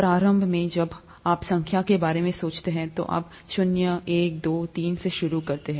प्रारंभ में जब आप संख्या के बारे में सोचते हैं तो आप शून्य एक दो तीन से शुरू करते हैं